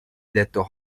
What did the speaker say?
detto